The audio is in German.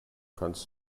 kannst